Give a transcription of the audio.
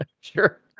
Sure